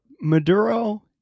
maduro